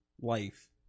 life